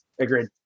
Agreed